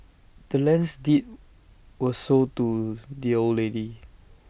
the land's deed was sold to the old lady